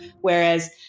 Whereas